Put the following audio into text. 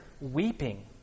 weeping